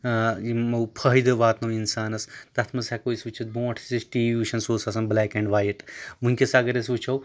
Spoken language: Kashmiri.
یِمو فٲیدٕ واتنو اِنسانَس تَتھ منٛز ہٮ۪کو أسۍ وٕچھِتھ برونٛٹھ ٲسۍ أسۍ ٹی وی وٕچھَن سُہ اوس آسان بٔلیک اینڈ وایِٹ وٕںکٮ۪س اگر أسۍ وٕچھو